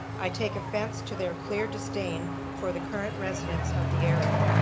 i take offense to their clear disdain for the current residents of the area.